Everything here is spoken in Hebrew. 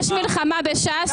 מעניין פה.